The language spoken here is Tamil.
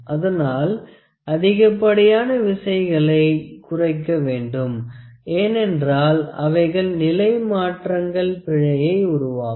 அதனால் அதிகப்படியான விசைகளை குறைக்க வேண்டும் ஏனென்றால் அவைகள் நிலை மாற்றங்கள் பிழையை உருவாக்கும்